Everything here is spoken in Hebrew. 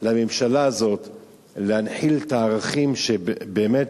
לממשלה הזאת להנחיל את הערכים שבאמת,